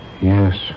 Yes